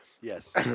Yes